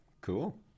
cool